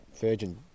virgin